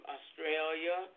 Australia